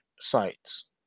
sites